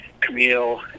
Camille